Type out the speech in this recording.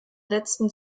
letzten